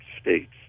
States